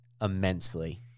immensely